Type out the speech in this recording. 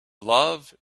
love